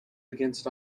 against